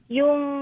yung